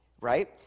right